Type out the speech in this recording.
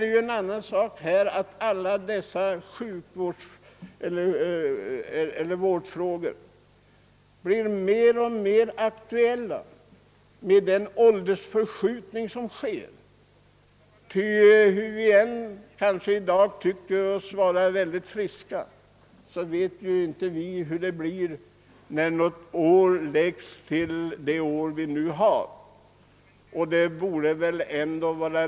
Till detta kommer att alla dessa vårdfrågor blir mer och mer aktuella med den åldersförskjutning som sker. Även den som i dag tycker att han är frisk, vet inte hur det blir när ytterligare något år lagts till hans ålder.